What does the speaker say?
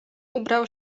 ubrał